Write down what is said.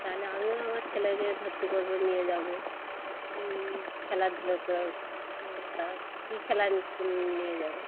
তাহলে আমিও আমার ছেলেকে ভর্তি করবো নিয়ে যাবো হুম খেলাধুলা করস নিয়ে যেয়ে তাও কী খেলা ক নিয়ে যাবে